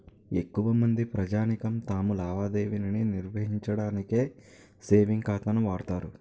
ఎక్కువమంది ప్రజానీకం తమ లావాదేవీ నిర్వహించడానికి సేవింగ్ ఖాతాను వాడుతారు